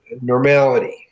normality